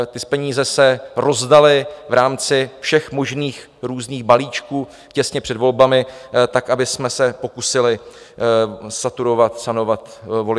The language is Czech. Ty peníze se rozdaly v rámci všech možných různých balíčků těsně před volbami tak, abychom se pokusili saturovat, sanovat voliče.